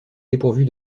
dépourvue